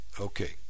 Okay